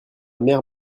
mère